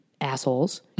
assholes